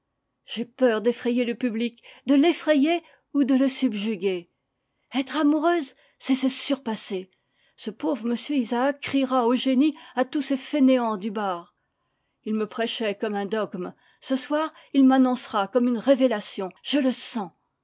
j'ai peur d'effrayer le public de l'effrayer ou de le subjuguer etre amoureuse c'est se surpasser ce pauvre m isaacs criera au génie à tous ses fainéants du bar il me prêchait comme un dogme ce soir il m'annoncera comme une révélation je le sens